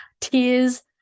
tears